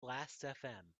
lastfm